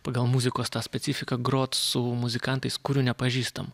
pagal muzikos specifiką grot su muzikantais kurių nepažįstam